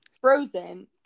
frozen